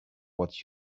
what